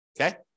Okay